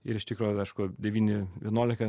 ir iš tikro aišku devyni vienuolika